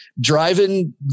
driving